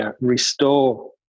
restore